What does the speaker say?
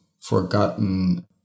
forgotten